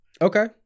Okay